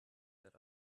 that